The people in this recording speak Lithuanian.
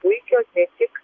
puikios ne tik